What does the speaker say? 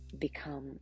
become